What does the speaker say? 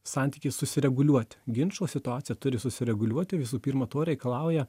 santykiai susireguliuoti ginčo situacija turi susireguliuoti visų pirma to reikalauja